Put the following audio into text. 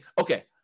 okay